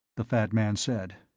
the fat man said.